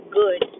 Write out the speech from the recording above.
good